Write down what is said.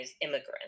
immigrants